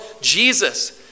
Jesus